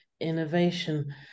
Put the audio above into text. innovation